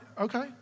Okay